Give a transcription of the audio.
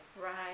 Right